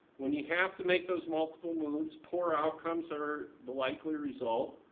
when you have to make those multiple moves, poorer outcomes are the likely result.